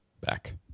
Back